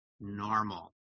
normal